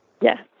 Yes